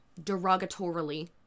derogatorily